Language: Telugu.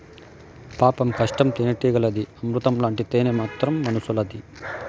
పాపం కష్టం తేనెటీగలది, అమృతం లాంటి తేనె మాత్రం మనుసులది